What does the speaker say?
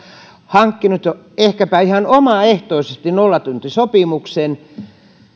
hankkinut ehkäpä ihan omaehtoisesti nollatuntisopimuksen ja